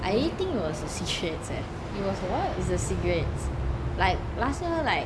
I really think it was the cigarettes it's the cigarettes like last year like